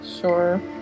sure